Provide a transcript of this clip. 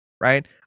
Right